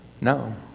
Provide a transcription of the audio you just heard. no